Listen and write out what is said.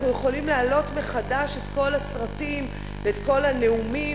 אנחנו יכולים להעלות מחדש את כל הסרטים ואת כל הנאומים,